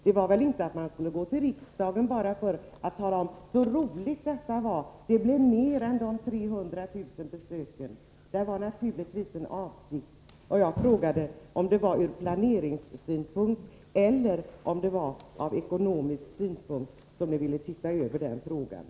Det var väl inte för att man skulle gå till riksdagen och tala om hur roligt det var att det blev mer än beräknat. Där fanns naturligtvis en avsikt. Jag frågade om det var ur planeringssynpunkt eller ur ekonomisk synpunkt som ni ville titta över den frågan.